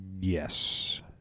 Yes